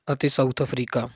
ਅਤੇ South Africa